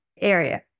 area